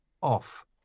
off